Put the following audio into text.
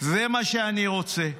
זה מה שאני רוצה.